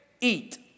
eat